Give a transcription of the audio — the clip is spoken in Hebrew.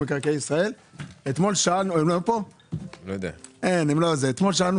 הישיבה